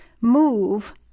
move